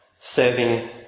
serving